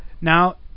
now